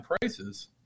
prices